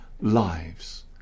lives